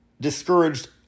discouraged